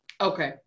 Okay